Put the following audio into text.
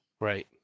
Right